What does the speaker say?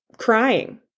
crying